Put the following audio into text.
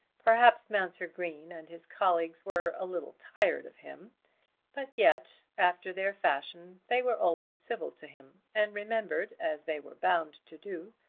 perhaps mounser green and his colleagues were a little tired of him but yet, after their fashion, they were always civil to him, and remembered, as they were bound to do,